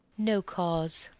no cause,